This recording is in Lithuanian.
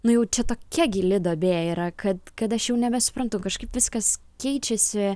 nu jau čia tokia gili duobė yra kad kad aš jau nebesuprantu kažkaip viskas keičiasi